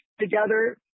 together